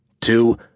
two